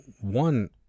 one